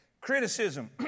Criticism